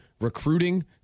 recruiting